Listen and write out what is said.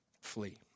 flee